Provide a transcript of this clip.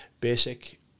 basic